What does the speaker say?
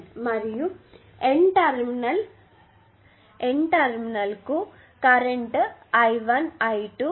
మరియు N టెర్మినల్కు current I1 I2